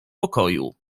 pokoju